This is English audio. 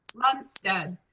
lunstead.